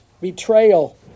betrayal